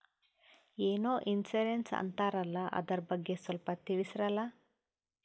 ಏನೋ ಇನ್ಸೂರೆನ್ಸ್ ಅಂತಾರಲ್ಲ, ಅದರ ಬಗ್ಗೆ ಸ್ವಲ್ಪ ತಿಳಿಸರಲಾ?